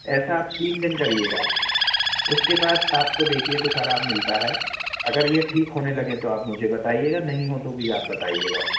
ऐसा आप तीन दिन करिएगा उसके बाद आपको देखिए कुछ आराम मिलता है अगर यह ठीक होने लगें तो आप मुझे बताईएगा नहीं हो तो भी आप मुझे बताईएगा